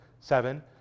seven